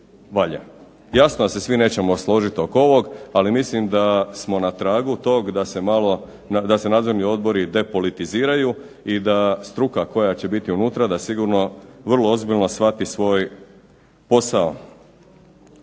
Jasno da se svi nećemo složiti oko ovog, ali mislim da smo na tragu tog da se nadzorni odbori depolitiziraju i da struka koja će biti unutra da sigurno vrlo ozbiljno shvati svoj posao.